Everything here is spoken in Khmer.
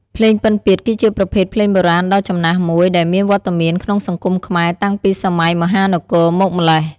ភ្លេងពិណពាទ្យ គឺជាប្រភេទភ្លេងបុរាណដ៏ចំណាស់មួយ ដែលមានវត្តមានក្នុងសង្គមខ្មែរតាំងពីសម័យមហានគរមកម្ល៉េះ។